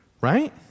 Right